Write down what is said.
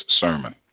sermon